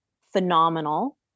phenomenal